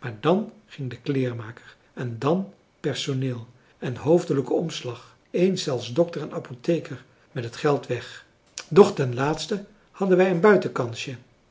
maar dàn ging de kleermaker en dàn personeel en hoofdelijke omslag eens zelfs dokter en apotheker met het geld weg doch ten laatste hadden wij een buitenkansje